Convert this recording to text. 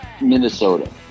Minnesota